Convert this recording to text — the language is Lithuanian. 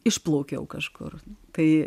išplaukiau kažkur kai